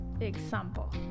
Example